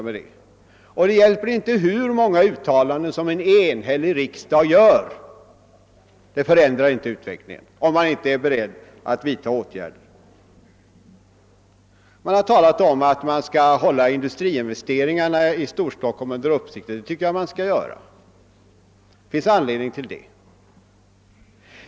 Det hjälper inte hur många uttalanden en enhällig riksdag gör, om man inte är beredd att vidta åtgärder. Det har talats om att man bör hålla industriinvesteringarna i Stockholm under uppsikt. Det tycker jag också att man bör göra — det finns det anledning till.